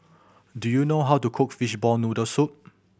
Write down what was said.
do you know how to cook fishball noodle soup